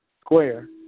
square